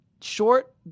short